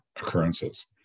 occurrences